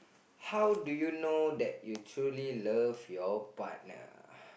how do you know that you truly love your partner